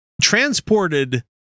transported